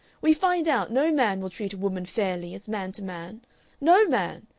we find out no man will treat a woman fairly as man to man no man.